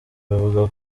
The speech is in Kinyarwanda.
bavuga